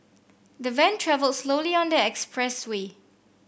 the van travelled slowly on the expressway